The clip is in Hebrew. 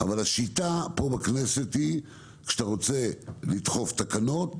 אבל השיטה פה בכנסת כשאתה רוצה לדחוף תקנות,